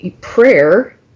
prayer